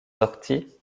sortie